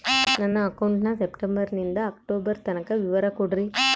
ನನ್ನ ಅಕೌಂಟಿನ ಸೆಪ್ಟೆಂಬರನಿಂದ ಅಕ್ಟೋಬರ್ ತನಕ ವಿವರ ಕೊಡ್ರಿ?